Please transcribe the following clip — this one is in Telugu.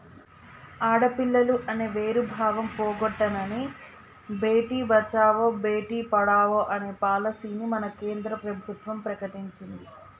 ఆడపిల్లలు అనే వేరు భావం పోగొట్టనని భేటీ బచావో బేటి పడావో అనే పాలసీని మన కేంద్ర ప్రభుత్వం ప్రకటించింది